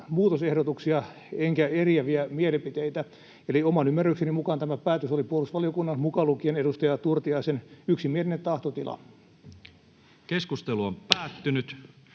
muutosehdotuksia enkä eriäviä mielipiteitä. Eli oman ymmärrykseni mukaan tämä päätös oli puolustusvaliokunnan, mukaan lukien edustaja Turtiaisen, yksimielinen tahtotila. [Speech 104]